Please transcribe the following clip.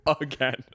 again